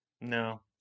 No